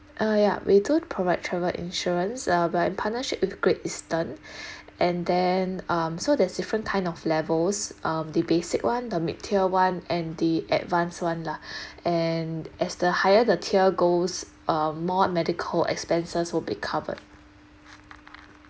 uh ya we do provide travel insurance uh by partnership with great eastern and then um so there's different kind of levels um the basic one the mid-tier one and the advance one lah and as the higher the tier goes uh more medical expenses will be covered